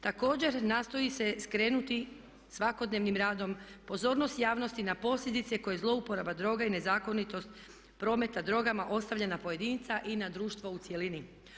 Također, nastoji se skrenuti svakodnevnim radom pozornost javnosti na posljedice koje zlouporaba droga i nezakonitost prometa drogama ostavlja na pojedinca i na društvo u cjelini.